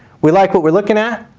we like what we're looking at.